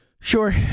sure